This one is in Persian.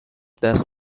دست